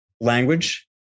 language